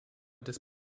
des